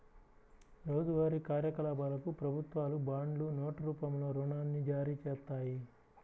రోజువారీ కార్యకలాపాలకు ప్రభుత్వాలు బాండ్లు, నోట్ రూపంలో రుణాన్ని జారీచేత్తాయి